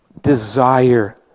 Desire